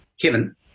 Kevin